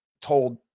told